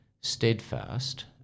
steadfast